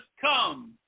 come